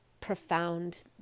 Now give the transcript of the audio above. profound